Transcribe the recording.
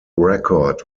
record